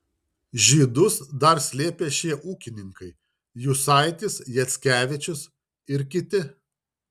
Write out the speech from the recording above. žydus dar slėpė šie ūkininkai jusaitis jackevičius ir kiti